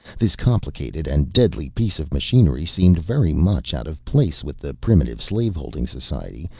this complicated and deadly piece of machinery seemed very much out of place with the primitive slave-holding society,